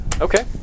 Okay